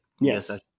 Yes